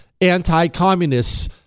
anti-communists